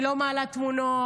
אני לא מעלה תמונות,